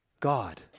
God